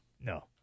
No